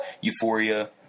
euphoria